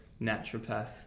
naturopath